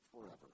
forever